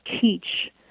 teach